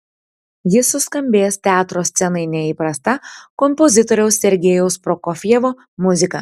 jis suskambės teatro scenai neįprasta kompozitoriaus sergejaus prokofjevo muzika